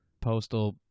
postal